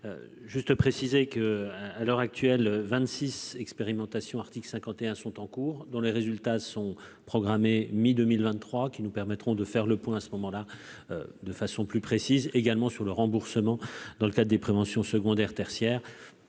juste préciser que à l'heure actuelle, 26 expérimentation article 51 sont en cours, dont les résultats sont programmés, mi-2023 qui nous permettront de faire le point à ce moment-là de façon plus précise également sur le remboursement dans le cas des préventions, secondaire, tertiaire